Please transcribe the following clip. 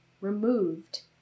removed